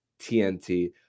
TNT